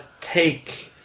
take